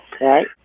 Right